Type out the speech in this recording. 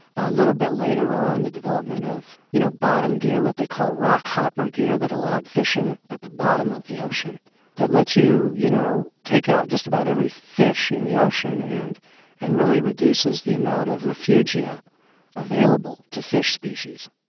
a little bit later on the development of you know bottom gear, what they call rock hopper gear that allowed fishing at but the bottom of the ocean that lets you, you know, take out just about every fish in the ocean and and really reduces the amount of refugia available to fish species.